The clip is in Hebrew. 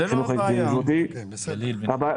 העניין היכן זה נמצא.